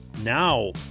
now